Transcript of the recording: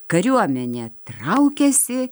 kariuomenė traukiasi